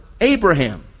Abraham